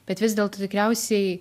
bet vis dėlto tikriausiai